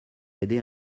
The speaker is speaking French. aider